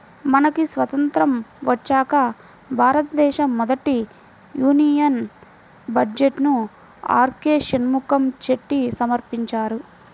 మనకి స్వతంత్రం వచ్చాక భారతదేశ మొదటి యూనియన్ బడ్జెట్ను ఆర్కె షణ్ముఖం చెట్టి సమర్పించారు